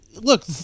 look